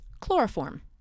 chloroform